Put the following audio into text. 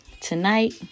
Tonight